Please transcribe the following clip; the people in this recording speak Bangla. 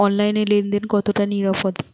অনলাইনে লেন দেন কতটা নিরাপদ?